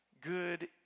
good